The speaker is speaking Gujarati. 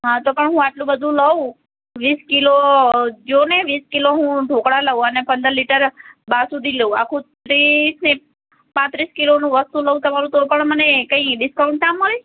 હા તો પણ હું આટલું બધું લઉં વીસ કિલો જો ને વીસ કિલો હું ઢોકળા લઉં અને પંદર લિટર બાસુંદી લઉં આખું ત્રીસ ને પાંત્રીસ કિલોનું વસ્તુ લઉં તમારું તો પણ મને કંઈ ડિસ્કાઉન્ટ ના મળે